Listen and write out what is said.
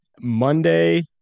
Monday